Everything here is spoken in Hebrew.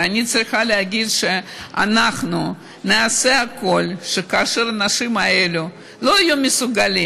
ואני צריכה להגיד שאנחנו נעשה הכול שכאשר האנשים האלה לא יהיו מסוגלים